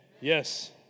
Yes